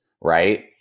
Right